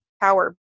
power